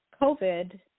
COVID